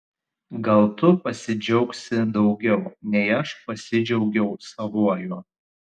gal tu pasidžiaugsi daugiau nei aš pasidžiaugiau savuoju